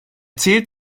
zählt